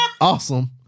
awesome